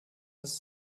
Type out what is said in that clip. dass